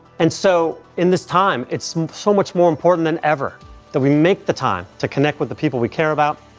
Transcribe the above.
and so in this time, it's so much more important than ever that we make the time to connect with the people we care about,